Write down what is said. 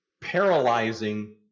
paralyzing